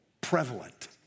prevalent